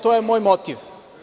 To je moj motiv.